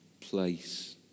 place